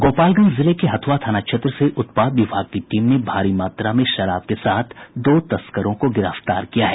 गोपालगंज जिले के हथुआ थाना क्षेत्र से उत्पाद विभाग की टीम ने भारी मात्रा में शराब के साथ दो तस्करों को गिरफ्तार किया है